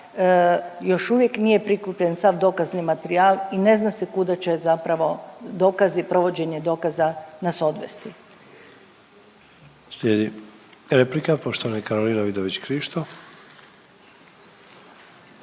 još uvijek nije prikupljen sav dokazni materijal i ne zna se kuda će zapravo dokazi i provođenje dokaza nas odvesti. **Sanader, Ante (HDZ)** Slijedi replika, poštovana Karolina Vidović Krišto.